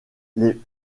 les